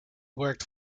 worked